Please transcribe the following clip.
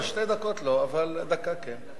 לא, שתי דקות לא, אבל דקה כן.